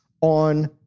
on